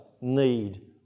need